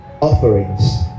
offerings